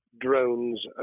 drones